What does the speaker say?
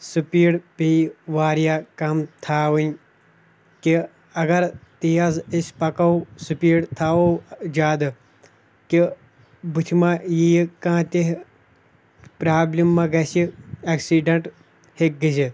speed پیٚیہِ واریاہ کَم تھاوٕنۍ کہِ اَگر تیز أسۍ پَکَو سُپیٖڈ تھاوو زیادٕ کہِ بُتھِ ما یِیہِ کانٛہہ تہِ پرٛابلِم ما گژھِ ایکسیٖڈنٛٹ ہیٚکہِ گٔژھِتھ